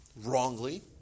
wrongly